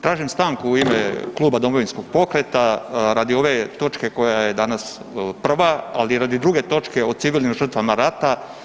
Tražim stanku u ime Kluba Domovinskog pokreta radi ove točke koja je danas prva, ali i radi druge točke o civilnim žrtvama rata.